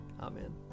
Amen